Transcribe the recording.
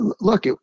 look